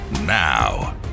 now